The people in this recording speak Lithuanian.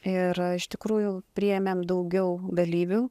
ir iš tikrųjų priėmėm daugiau dalyvių